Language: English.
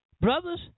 Brothers